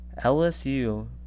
LSU